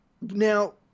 Now